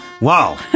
Wow